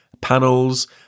panels